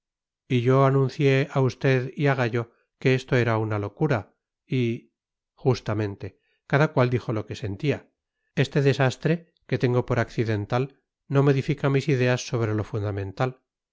y yo anuncié a usted y a gallo que esto era una locura y justamente cada cual dijo lo que sentía este desastre que tengo por accidental no modifica mis ideas sobre lo fundamental